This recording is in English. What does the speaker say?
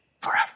forever